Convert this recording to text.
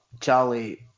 Charlie